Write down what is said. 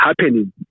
happening